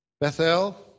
Bethel